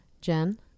jen